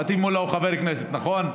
פטין מולא הוא חבר כנסת, נכון?